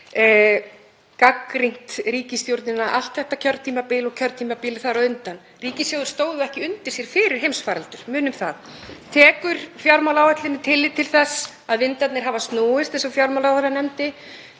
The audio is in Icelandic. gagnrýnt ríkisstjórnina allt þetta kjörtímabil og kjörtímabilið þar á undan. Ríkissjóður stóð ekki undir sér fyrir heimsfaraldur, munum það. Tekur fjármálaáætlun tillit til þess að vindarnir hafa snúist eins og fjármálaráðherra nefndi?